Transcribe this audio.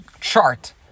chart